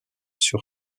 sur